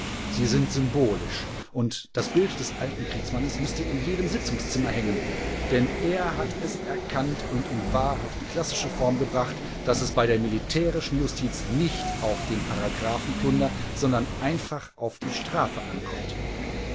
sie sind symbolisch und das bild des alten kriegsmannes müßte in jedem sitzungszimmer hängen denn er hat es erkannt und in wahrhaft klassische form gebracht daß es bei der militärischen justiz nicht auf den paragraphenplunder sondern einfach auf die strafe ankommt